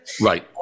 Right